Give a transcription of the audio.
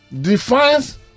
defines